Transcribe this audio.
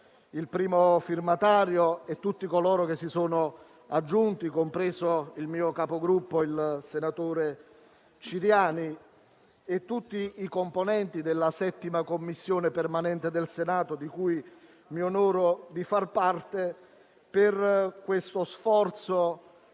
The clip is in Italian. del provvedimento e tutti coloro che si sono aggiunti, compreso il mio Capogruppo, senatore Ciriani, nonché tutti i componenti della 7ª Commissione permanente del Senato, di cui mi onoro di far parte, per lo sforzo